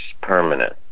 permanent